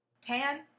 tan